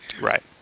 Right